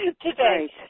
today